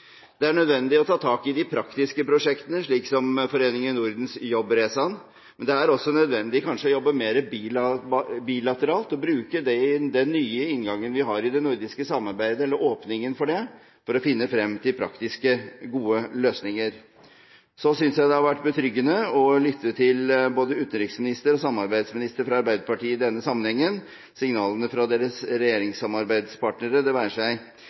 Det er nødvendig å ta tak i de praktiske prosjektene, slik som Foreningen Nordens Jobbresan, men det er også nødvendig kanskje å jobbe mer bilateralt og bruke det i den nye inngangen vi har til det nordiske samarbeidet – eller åpningen for det – for å finne frem til praktiske, gode løsninger. Så synes jeg det har vært betryggende å lytte til både utenriksministeren og samarbeidsministeren fra Arbeiderpartiet i denne sammenhengen. Signalene fra deres regjeringssamarbeidspartnere – det